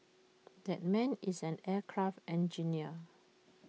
that man is an aircraft engineer